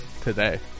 today